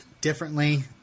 differently